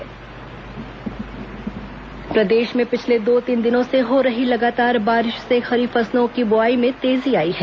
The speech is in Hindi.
कृषि सलाह प्रदेश में पिछले दो तीन दिनों से हो रही लगातार बारिश से खरीफ फसलों की बोआई में तेजी आई है